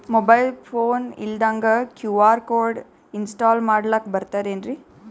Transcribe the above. Mobile phone ಇಲ್ದಂಗ Q R code install ಮಾಡ್ಲಕ ಬರ್ತದೇನ್ರಿ?